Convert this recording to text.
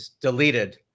deleted